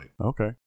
Okay